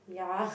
ya